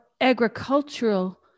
agricultural